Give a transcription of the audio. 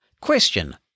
Question